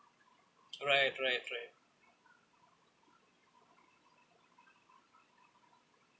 right right right